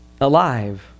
alive